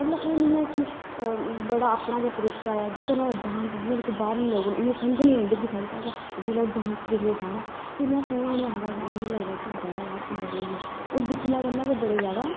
मतलब ओह् निं ऐ की बड़ा अपना गै तरीका ऐ ते जियां बाहरले लोग न उनेंगी समझ निं आंदी की कियां ओह् जेल्लै डांस दिक्खदे साढ़ा की किन्ना सोह्ना उनेंगी लगदा ऐ वाह् यार किन्ना स्हेई ऐ होर दिक्खने कन्नै गै बड़े जादा